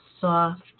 soft